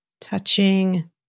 touching